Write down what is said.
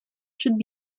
should